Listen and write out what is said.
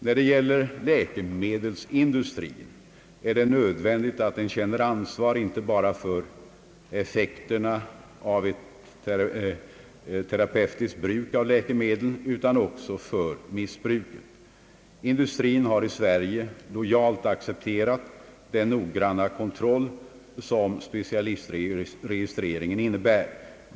När det gäller läkemedelsindustrin är det nödvändigt att den känner ansvar inte bara för effekterna av ett terapeutiskt bruk av läkemedlen utan också för missbruket. Industrin har i Sverige lojalt accepterat den noggranna kontroll som specialistregistreringen innebär.